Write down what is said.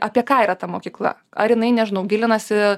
apie ką yra ta mokykla ar jinai nežinau gilinasi